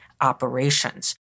operations